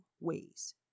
ways